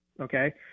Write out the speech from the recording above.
Okay